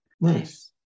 nice